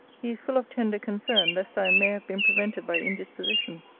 he is full of tender concern lest i may have been prevented by indisposition,